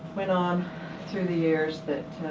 went on through the years that